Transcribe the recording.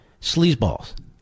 Sleazeballs